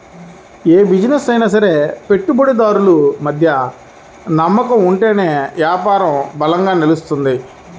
యే బిజినెస్ అయినా సరే పెట్టుబడిదారులు మధ్య నమ్మకం ఉంటేనే యాపారం బలంగా నిలుత్తది